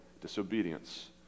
Disobedience